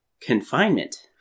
Confinement